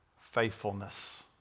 Faithfulness